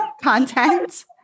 content